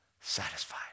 satisfied